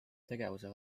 tegevuse